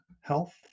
health